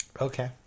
Okay